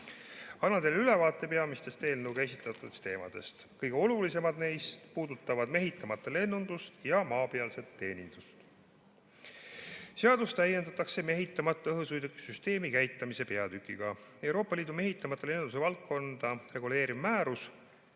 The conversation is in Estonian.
teile ülevaate peamistest eelnõus esitatud teemadest. Kõige olulisemad neist puudutavad mehitamata lennundust ja maapealset teenindust. Seadust täiendatakse mehitamata õhusõidukite süsteemi käitamise peatükiga. Euroopa Liidu mehitamata lennunduse valdkonda reguleeriv määrus